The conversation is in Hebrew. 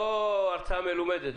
לא הרצאה מלומדת.